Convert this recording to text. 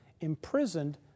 imprisoned